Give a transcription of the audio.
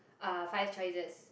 uh five choices